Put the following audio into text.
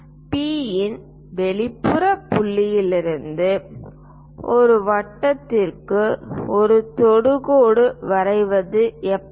P இன் வெளிப்புற புள்ளியிலிருந்து ஒரு வட்டத்திற்கு ஒரு தொடுகோடு வரைவது எப்படி